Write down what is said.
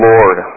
Lord